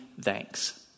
thanks